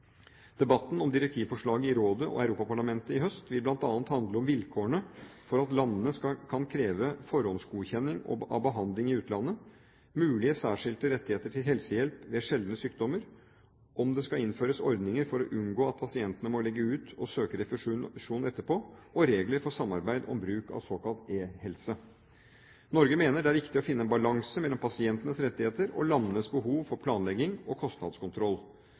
Debatten om direktivforslaget i rådet og Europaparlamentet i høst vil bl.a. handle om vilkårene for at landene kan kreve forhåndsgodkjenning av behandling i utlandet, mulige særskilte rettigheter til helsehjelp ved sjeldne sykdommer, om det skal innføres ordninger for å unngå at pasientene må legge ut og søke refusjon etterpå, og regler for samarbeid om bruk av såkalt eHelse. Norge mener det er viktig å finne en balanse mellom pasientenes rettigheter og landenes behov for planlegging og kostnadskontroll.